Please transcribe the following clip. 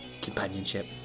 Companionship